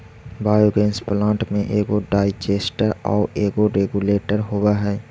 biogas plant में एगो digester आउ एगो रेगुलेटर होवऽ हई